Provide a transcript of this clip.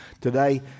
Today